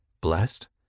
blessed